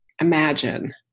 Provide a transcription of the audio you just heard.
imagine